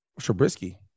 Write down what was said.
Trubisky